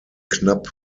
knapp